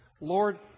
Lord